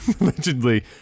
allegedly